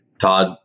Todd